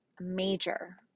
major